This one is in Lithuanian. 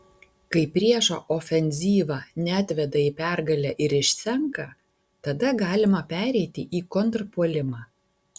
kai priešo ofenzyva neatveda į pergalę ir išsenka tada galima pereiti į kontrpuolimą